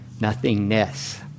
nothingness